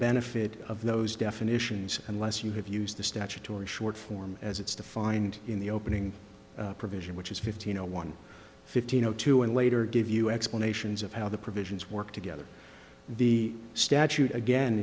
benefit of those definitions unless you have used the statutory short form as it's defined in the opening provision which is fifteen zero one fifteen zero two and later give you explanations of how the provisions work together the statute again